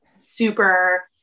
super